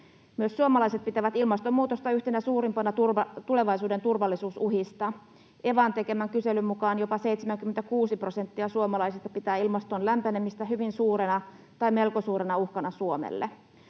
Myös suomalaiset pitävät ilmastonmuutosta yhtenä suurimpana tulevaisuuden turvallisuusuhista. Evan tekemän kyselyn mukaan jopa 76 prosenttia suomalaisista pitää ilmaston lämpenemistä hyvin suurena tai melko suurena uhkana Suomelle.